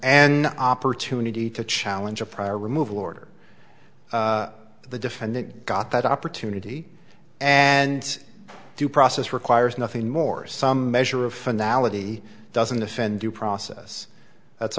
an opportunity to challenge a prior removal order the defendant got that opportunity and due process requires nothing more some measure of finale doesn't offend due process that's